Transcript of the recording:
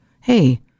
hey